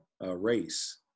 race